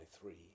three